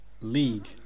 League